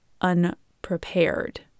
unprepared